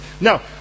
Now